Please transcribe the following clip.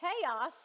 chaos